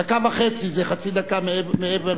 דקה וחצי זה חצי דקה מעבר,